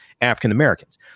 African-Americans